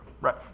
right